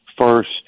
first